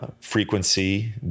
frequency